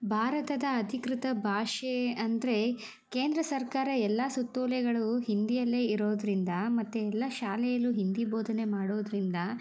ಭಾರತದ ಅಧಿಕೃತ ಭಾಷೆ ಅಂದರೆ ಕೇಂದ್ರ ಸರ್ಕಾರ ಎಲ್ಲ ಸುತ್ತೋಲೆಗಳು ಹಿಂದಿಯಲ್ಲೇ ಇರೋದ್ರಿಂದ ಮತ್ತು ಎಲ್ಲ ಶಾಲೆಯಲ್ಲೂ ಹಿಂದಿ ಬೋಧನೆ ಮಾಡೋದ್ರಿಂದ